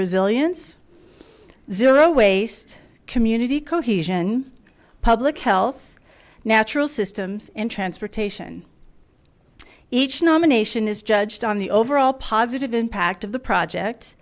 resilience zero waste community cohesion public health natural systems in transportation each nomination is judged on the overall positive impact of the project